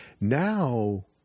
Now